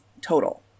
total